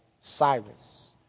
Cyrus